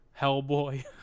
Hellboy